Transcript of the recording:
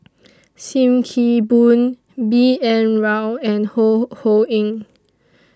SIM Kee Boon B N Rao and Ho Ho Ying